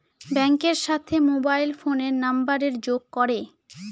ব্যাঙ্কের সাথে মোবাইল ফোনের নাম্বারের যোগ করে